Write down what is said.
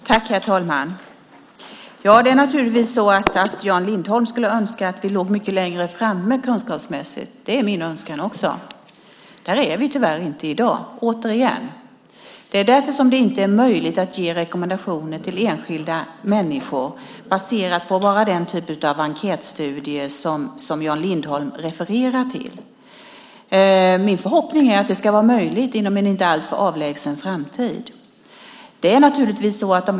Herr talman! Ja, naturligtvis skulle Jan Lindholm önska att vi kunskapsmässigt låg mycket längre fram. Det är också min önskan. Där är vi tyvärr inte i dag. Återigen: Därför är det inte möjligt att ge rekommendationer till enskilda människor - då baserat bara på den typ av enkätstudie som Jan Lindholm refererar till. Det är dock min förhoppning att det blir möjligt inom en inte alltför avlägsen framtid.